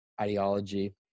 ideology